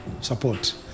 Support